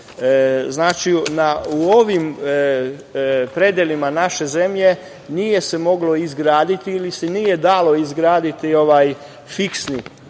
Znači, u ovim predelima naše zemlje, nije se moglo izgraditi, ili se nije dalo izgraditi ovaj fiksni